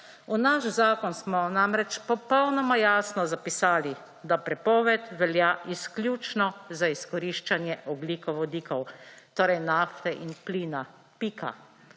V naš zakon smo namreč popolnoma jasno zapisali, da prepoved velja izključno za izkoriščanje ogljikovodikov, torej nafte in plina, pika.